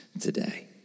today